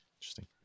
Interesting